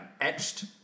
etched